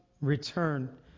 return